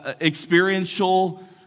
experiential